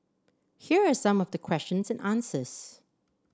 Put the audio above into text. here are some of the questions and answers